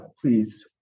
please